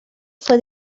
fue